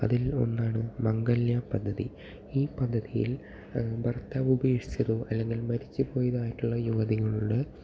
അതിൽ ഒന്നാണ് മംഗല്യ പദ്ധതി ഈ പദ്ധതിയിൽ ഭർത്താവ് ഉപേഷിച്ചതോ അല്ലെങ്കിൽ മരിച്ചുപോയതായിട്ടുള്ള യുവതികളുടെ